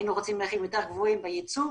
היינו רוצים מחירים יותר גבוהים ביצוא,